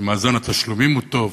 מאזן התשלומים הוא טוב.